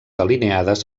alineades